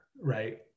right